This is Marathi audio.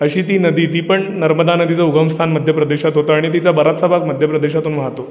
अशी ती नदी ती पण नर्मदा नदीचं उगमस्थान मध्य प्रदेशात होतं आणि तिचा बराचसा भाग मध्य प्रदेशातून वाहतो